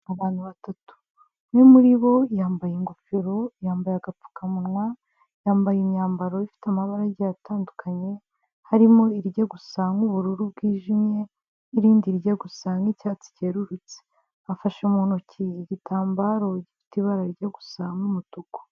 Abantu batatu; umwe muri bo yambaye ingofero ,yambaye, agapfukamunwa, yambaye imyambaro ifite amabara agiye atandukanye harimo irirya gusa nk'ubururu bwijimye n'irindi rijya gusa nki'icyatsi cyerurutse . Afashe mu ntoki igitambaro gifite ibara rijya gusa n'umutuku.